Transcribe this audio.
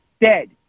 Dead